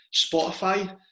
Spotify